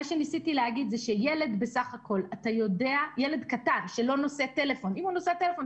מה שניסיתי להגיד ילד קטן שלא נושא טלפון,